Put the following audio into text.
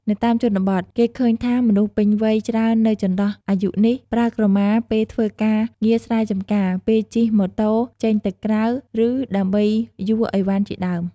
នៅតាមជនបទ គេឃើញថាមនុស្សពេញវ័យច្រើននៅចន្លោះអាយុនេះ ប្រើក្រមាពេលធ្វើការងារស្រែចម្ការ ពេលជិះម៉ូតូចេញទៅក្រៅ ឬ ដើម្បីយួរឥវ៉ាន់ជាដើម។